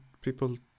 people